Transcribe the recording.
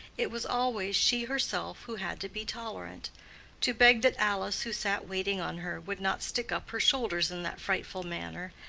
it was always she herself who had to be tolerant to beg that alice who sat waiting on her would not stick up her shoulders in that frightful manner,